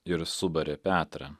ir subarė petrą